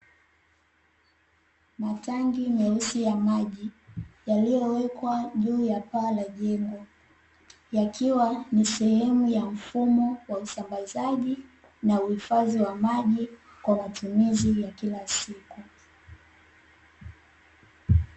Matangi meusi ya maji yaliyowekwa juu paa la jengo yakiwa ni sehemu ya mfumo wa usambazaji na uhifadhi wa maji kwa matumizi ya kila siku.